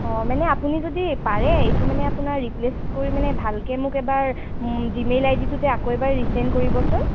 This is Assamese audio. অঁ মানে আপুনি যদি পাৰে এইটো মানে আপোনাৰ ৰিপ্লেছ কৰি মানে ভালকৈ মোক এবাৰ জি মেইল আইডিটোতে আকৌ এবাৰ ৰিছেণ্ড কৰিবচোন